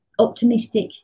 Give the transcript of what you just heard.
optimistic